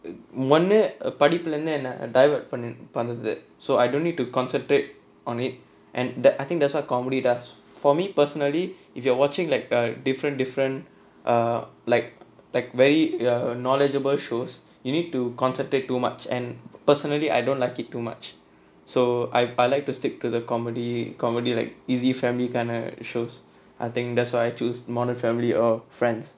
ஒன்னு படிப்பில இருந்து என்ன:onnu padippila irunthu enna divert பண்ணு பண்ணுது:pannu pannuthu I don't need to concentrate on it and that I think that's what comedy does for me personally if you are watching like a different different err like like very err knowledgeable shows you need to concentrate too much and personally I don't like it too much so I I like to stick to the comedy comedy like easy family kind of shows I think that's why I choose modern family or friends